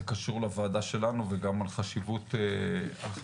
קשור לוועדה שלנו וגם על חשיבות העניין.